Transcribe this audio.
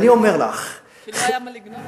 כי לא היה מה לגנוב.